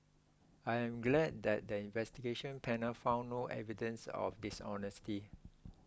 I am glad that the Investigation Panel found no evidence of dishonesty